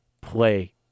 play